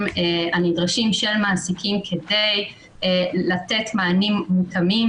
הנדרשים של מעסיקים כדי לתת מענים מותאמים,